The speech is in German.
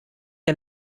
der